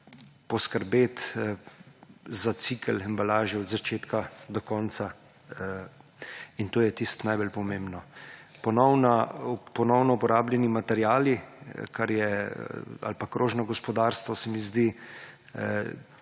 poskrbeti za cikel embalaže od začetka do konca in to je tisto najbolj pomembno. Ponovno uporabljeni materiali ali pa krožno gospodarstvo se mi zdi